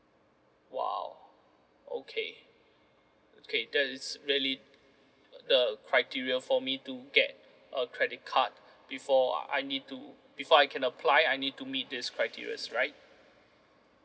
!wow! okay okay that is really the criteria for me to get a credit card before I need to before I can apply I need to meet this criterias right